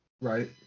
Right